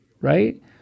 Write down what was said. Right